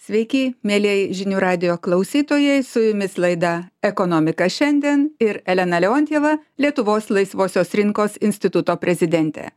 sveiki mielieji žinių radijo klausytojai su jumis laida ekonomika šiandien ir elena leontjeva lietuvos laisvosios rinkos instituto prezidentė